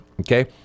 okay